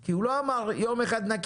כי הוא לא אמר: יום אחד נקים,